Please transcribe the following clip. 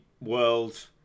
world